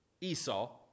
Esau